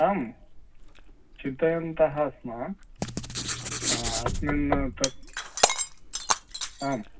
आं चिन्तयन्तः स्मः अस्मिन् तत् आं